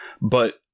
But-